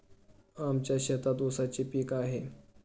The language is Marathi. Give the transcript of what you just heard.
आमच्या शेतात ऊसाचे पीक आहे